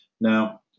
Now